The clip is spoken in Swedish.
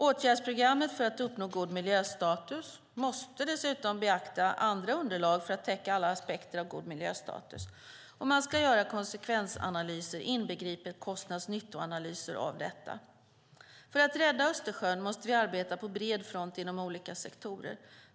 Åtgärdsprogrammet för att uppnå god miljöstatus måste dessutom beakta andra underlag för att täcka alla aspekter av god miljöstatus. Och man ska göra konsekvensanalyser, inbegripet kostnadsnyttoanalyser av detta. För att rädda Östersjön måste vi arbeta på bred front inom olika sektorer.